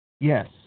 Yes